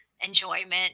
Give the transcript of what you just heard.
enjoyment